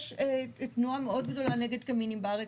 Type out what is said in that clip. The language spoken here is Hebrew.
יש תנועה מאוד גדולה נגד קמינים בארץ.